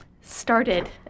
started